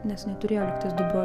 nes jinai turėjo lyg tais du broliu